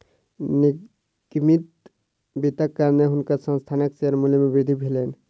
निगमित वित्तक कारणेँ हुनकर संस्थानक शेयर मूल्य मे वृद्धि भेलैन